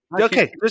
Okay